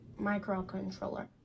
microcontroller